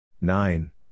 Nine